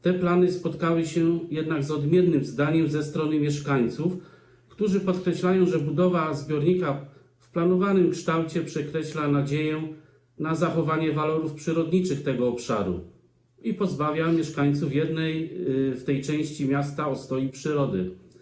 Te plany spotkały się jednak z odmiennym zdaniem mieszkańców, którzy podkreślają, że budowa zbiornika w planowanym kształcie przekreśla nadzieję na zachowanie walorów przyrodniczych tego obszaru i pozbawia mieszkańców jedynej w tej części miasta ostoi przyrody.